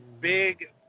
big